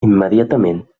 immediatament